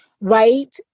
right